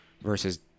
versus